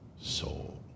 soul